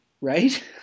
right